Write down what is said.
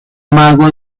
mago